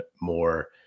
more